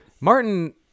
Martin